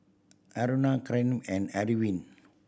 Aruna Kiran and add wind